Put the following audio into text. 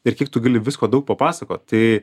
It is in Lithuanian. ir kiek tu gali visko daug papasakot tai